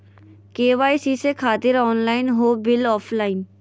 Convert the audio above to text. KYC से खातिर online हो बिल ऑफलाइन?